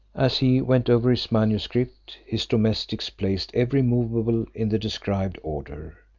as he went over his manuscript, his domestics placed every moveable in the described order.